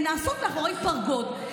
שהן נעשות מאחורי פרגוד,